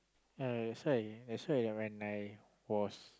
yeah that's why that's why when I was